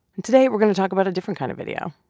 and today we're going to talk about a different kind of video